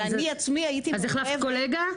ואני עצמי הייתי --- אז החלפת קולגה?